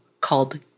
called